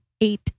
Eight